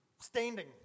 standing